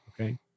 Okay